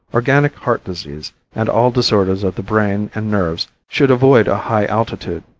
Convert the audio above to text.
organic heart disease and all disorders of the brain and nerves should avoid a high altitude.